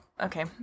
okay